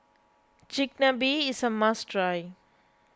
Chigenabe is a must try